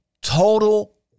total